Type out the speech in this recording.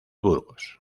burgos